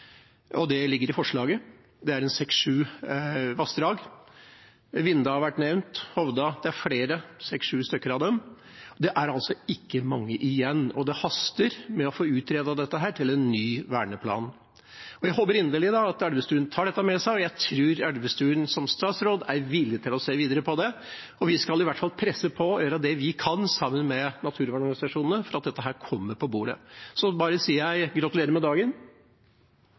og det ligger i forslaget. Det gjelder seks–sju vassdrag. Vinda har vært nevnt, Hovda, det er flere, seks–sju stykker. Det er altså ikke mange igjen, og det haster med å få utredet dette til en ny verneplan. Jeg håper inderlig at statsråd Elvestuen tar dette med seg, og jeg tror at Elvestuen som statsråd er villig til å se videre på det. Vi skal i hvert fall presse på og gjøre det vi kan, sammen med naturvernorganisasjonene, for at dette skal komme på bordet. Så sier jeg bare: Gratulerer med dagen!